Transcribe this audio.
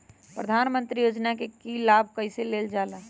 प्रधानमंत्री योजना कि लाभ कइसे लेलजाला?